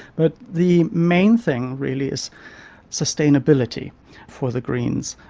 but the main thing really is sustainability for the greens,